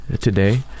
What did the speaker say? today